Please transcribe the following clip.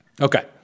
Okay